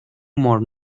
more